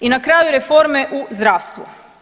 I na kraju reforme u zdravstvu.